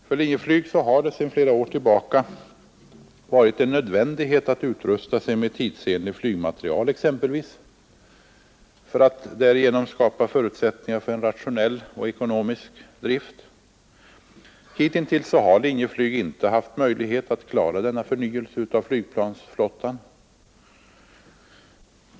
För Linjeflyg har det sedan flera år tillbaka varit en nödvändighet att utrusta sig exempelvis med tidsenlig flygmateriel för att därigenom skapa förutsättningar för en rationell och ekonomisk drift. Hitintills har Linjeflyg inte haft möjlighet att klara denna förnyelse av flygplansflottan.